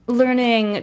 learning